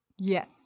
Yes